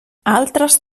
altres